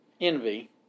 envy